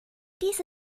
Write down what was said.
dies